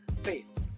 faith